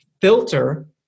filter